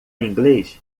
inglês